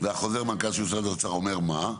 וחוזר המנכ"ל של משרד האוצר אומר מה?